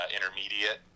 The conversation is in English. intermediate